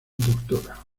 dra